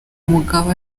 mugabo